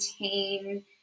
maintain